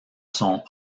sont